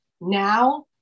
now